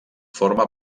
forma